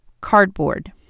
cardboard